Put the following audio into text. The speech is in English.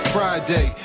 Friday